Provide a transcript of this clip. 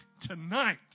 tonight